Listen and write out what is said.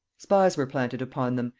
spies were planted upon them,